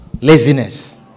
Laziness